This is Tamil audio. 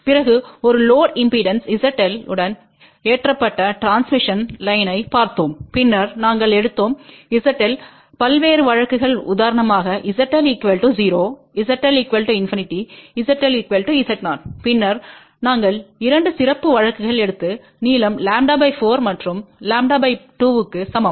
பிறகு ஒரு லோடு இம்பெடன்ஸ் ZL உடன் ஏற்றப்பட்ட டிரான்ஸ்மிஷன் லைன்யைப் பார்த்தோம் பின்னர் நாங்கள் எடுத்தோம் ZL பல்வேறு வழக்குகள்உதாரணமாக ZL 0 ZL ∞ ZL Z0 பின்னர் நாங்கள் 2 சிறப்பு வழக்குகள் எடுத்து நீளம் λ 4 மற்றும் λ 2 க்கு சமம்